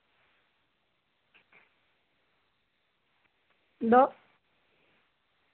ᱟᱫᱚ